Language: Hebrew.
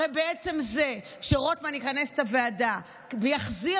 הרי בעצם זה שרוטמן יכנס את הוועדה ויחזיר